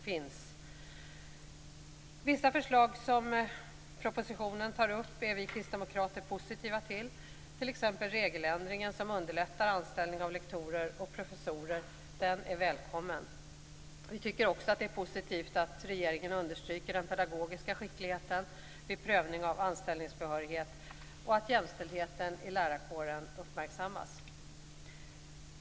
Till vissa förslag i propositionen är vi kristdemokrater positiva, t.ex. till regeländringen som underlättar anställning av lektorer och professorer. Den är välkommen. Vi tycker också att det är positivt att regeringen understryker den pedagogiska skickligheten vid prövning av anställningsbehörighet och att jämställdheten i lärarkåren uppmärksammas.